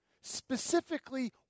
specifically